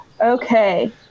Okay